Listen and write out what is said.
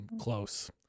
Close